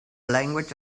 language